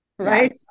Right